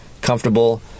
comfortable